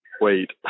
Wait